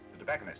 the tobacco